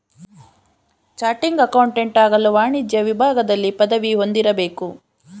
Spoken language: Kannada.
ಚಾಟಿಂಗ್ ಅಕೌಂಟೆಂಟ್ ಆಗಲು ವಾಣಿಜ್ಯ ವಿಭಾಗದಲ್ಲಿ ಪದವಿ ಹೊಂದಿರಬೇಕು